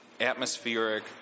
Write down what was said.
atmospheric